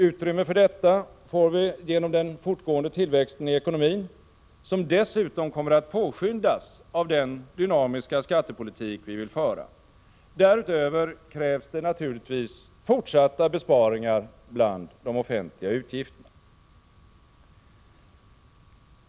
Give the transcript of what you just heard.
Utrymme för detta får vi genom den fortgående tillväxten i ekonomin, som dessutom kommer att påskyndas av den dynamiska skattepolitik vi vill föra. Därutöver krävs det naturligtvis fortsatta besparingar bland de offentliga utgifterna.